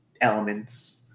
elements